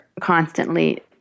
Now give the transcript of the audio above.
constantly